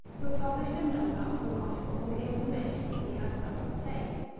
who published a memoir of the marshal from the information he had thus obtained,